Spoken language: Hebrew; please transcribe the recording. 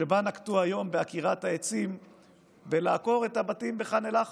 שנקטו היום בעקירת העצים בעקירת הבתים בח'אן אל-אחמר?